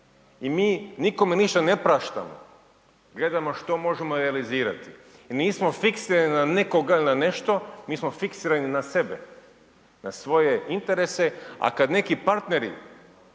I mi nikome ništa ne praštamo, gledamo što možemo realizirati. I nismo fiksirani na nekoga ili na nešto, mi smo fiksirani na sebe, na svoje interese. A kad neki partneri